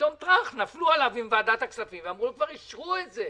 ופתאום נפלו עליו עם ועדת הכספים ואמרו: כבר אישרו את זה,